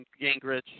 Gingrich